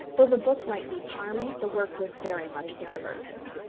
though the book might be charming, the work was very much the reverse.